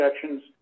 sections